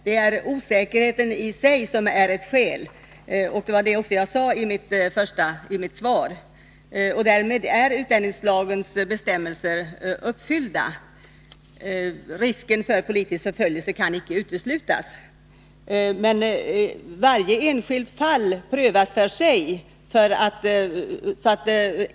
Det är osäkerheten i sig som är ett skäl, och det sade jag också i mitt svar. Därmed är utlänningslagens bestämmelser uppfyllda. Risken för politisk förföljelse kan inte uteslutas, men varje enskilt fall prövas för sig.